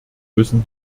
müssen